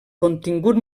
contingut